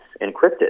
encrypted